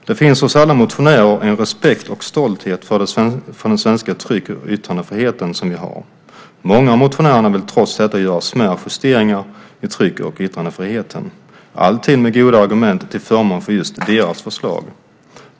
Det finns hos alla motionärer en respekt för och stolthet över den svenska tryck och yttrandefriheten. Trots det vill många av motionärerna göra smärre justeringar i tryck och yttrandefriheten, alltid med goda argument till förmån för just deras förslag.